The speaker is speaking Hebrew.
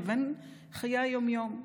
לבין חיי היום-יום.